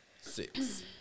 six